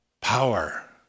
Power